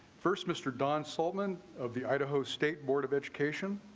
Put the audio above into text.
first mr. don saltman of the idaho state board of education